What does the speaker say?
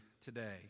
today